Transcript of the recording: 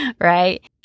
Right